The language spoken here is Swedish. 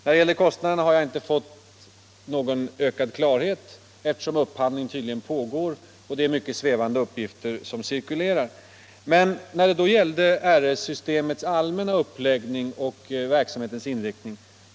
Då det gäller kostnaderna har jag inte fått någon ökad klarhet eftersom upphandlingen tydligen pågår. Det är mycket svävande uppgifter som cirkulerar. Men jag fick alltså klarhet i RS-systemets allmänna uppläggning och verksamhetens inriktning.